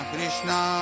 Krishna